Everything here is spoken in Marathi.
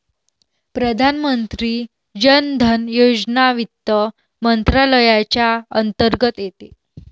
प्रधानमंत्री जन धन योजना वित्त मंत्रालयाच्या अंतर्गत येते